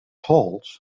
holds